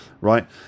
right